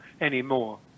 anymore